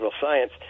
science